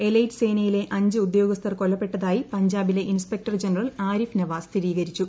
elite സേനയിലെ അഞ്ച് ഉദ്യാഗസ്ഥർ കൊല്ലപ്പെട്ടതായി പഞ്ചാബിലെ ഇൻസ്പെക്ടർ ജനറൽ ആരിഫ് നവാസ് സ്ഥിരീകരിച്ചു